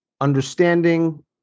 understanding